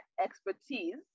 expertise